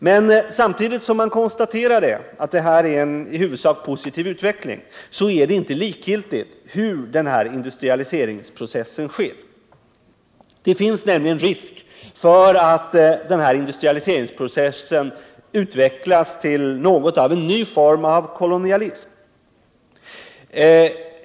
Men samtidigt som man konstaterar att det här är en i huvudsak positiv utveckling är det inte likgiltigt hur industrialiseringsprocessen sker. Det finns nämligen risk för att den processen utvecklas till en ny form av kolonialism.